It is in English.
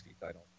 title